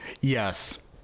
Yes